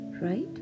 right